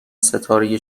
ستاره